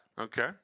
Okay